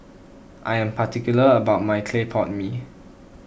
I am particular about my Clay Pot Mee